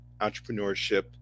entrepreneurship